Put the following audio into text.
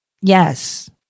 Yes